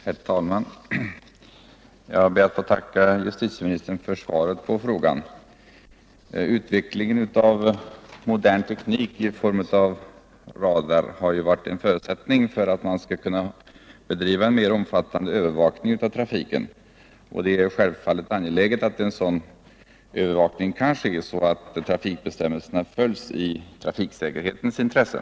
Herr talman! Jag ber att få tacka justitieministern för svaret på min fråga. Utvecklingen av modern teknik i form av radar har varit en förutsättning för en mera omfattande övervakning av trafiken. Det är självfallet angeläget att en sådan övervakning kan ske att trafikbestämmelserna följs i trafiksäkerhetens intresse.